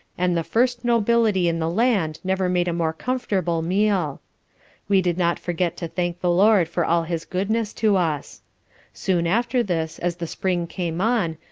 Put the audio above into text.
and the first nobility in the land never made a more comfortable meal we did not forget to thank the lord for all his goodness to us soon after this, as the spring came on,